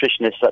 nutritionists